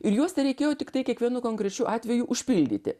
ir juos tereikėjo tiktai kiekvienu konkrečiu atveju užpildyti